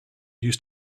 used